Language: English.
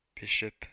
Bishop